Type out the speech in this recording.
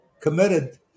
committed